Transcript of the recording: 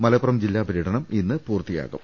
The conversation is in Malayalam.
മല പ്പുറം ജില്ലയിൽ പര്യടനം ഇന്ന് പൂർത്തിയാകും